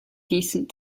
decent